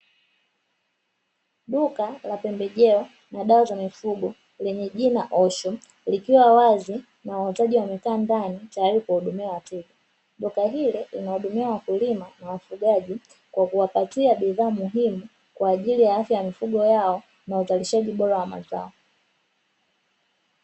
Duka la pembejeo na dawa za mifugo lenye jina "Osho", likiwa wazi na wauzaji wamekaa ndani, tayari kuwahudumia wateja. Duka hili linahudumia wakulima na wafugaji, kwa kuwapatia bidhaa muhimu kwa ajili ya afya ya mifugo yao na uzalishaji bora wa mazao.